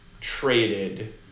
traded